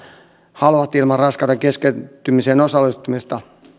haluavat ilman raskauden keskeytymiseen osallistumista